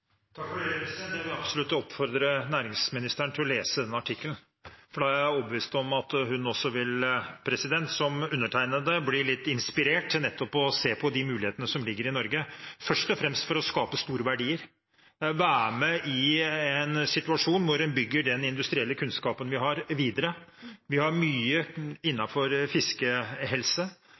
Jeg vil absolutt oppfordre næringsministeren til å lese denne artikkelen, for da er jeg overbevist om at hun også vil, som undertegnede, bli litt inspirert til nettopp å se på de mulighetene som ligger i Norge, først og fremst for å skape store verdier, og være med i en situasjon hvor en bygger den industrielle kunnskapen vi har, videre. Vi har mye innenfor fiskehelse